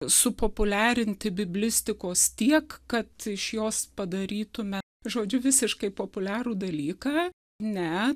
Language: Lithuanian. supopuliarinti biblistikos tiek kad iš jos padarytume žodžiu visiškai populiarų dalyką ne